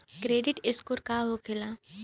Credit score का होखेला?